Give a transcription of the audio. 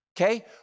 okay